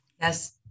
Yes